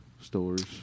stores